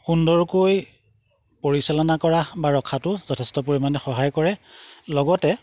সুন্দৰকৈ পৰিচালনা কৰা বা ৰখাটো যথেষ্ট পৰিমাণে সহায় কৰে লগতে